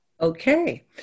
okay